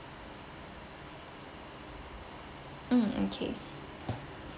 um okay